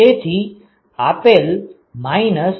તેથી આપેલ m